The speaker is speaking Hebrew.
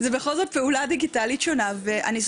זו בכל זאת פעולה דיגיטלית שונה והניסיון